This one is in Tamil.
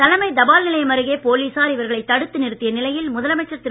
தலைமைத் தபால் நிலையம் அருகே போலீசார் இவர்களைத் தடுத்து நிறுத்திய நிலையில் முதலமைச்சர் திரு